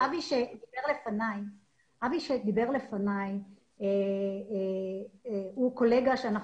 אבי בן אל שדיבר לפניי הוא קולגה אתו